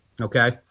okay